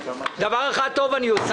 דבר אחד טוב אני עושה.